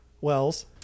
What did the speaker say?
Wells